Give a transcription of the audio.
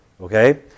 okay